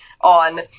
on